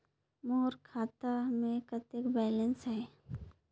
मोर खाता मे कतेक बैलेंस हे?